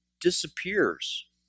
disappears